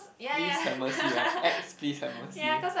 please have mercy right ex please have mercy